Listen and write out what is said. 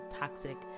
toxic